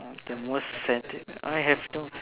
mm the most senti~ I have no